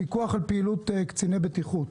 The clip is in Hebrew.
פיקוח על פעילות קציני בטיחות.